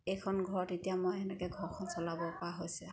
এইখন ঘৰত এতিয়া মই সেনেকৈ ঘৰখন চলাবপৰা হৈছে